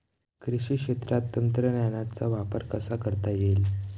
कृषी क्षेत्रात तंत्रज्ञानाचा वापर कसा करता येईल?